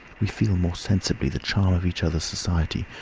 we feel more sensibly the charm of each other's society,